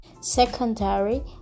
secondary